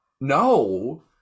No